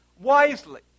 wisely